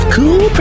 Cool